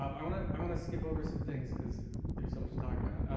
um i want ah i want to skip over some things because there's so much to talk about.